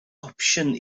opsiwn